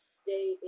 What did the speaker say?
stay